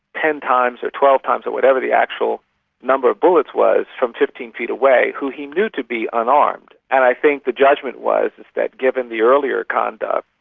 ten times or twelve times or whatever the actual number of bullets was, from fifteen feet away, who he knew to be unarmed. and i think the judgement was that given the earlier conduct,